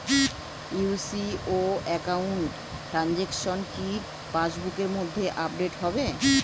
UCO account transaction কি পাস বুকের মধ্যে আপডেট হবে?